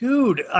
Dude